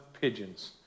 pigeons